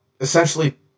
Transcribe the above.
essentially